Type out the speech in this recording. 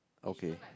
okay